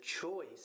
choice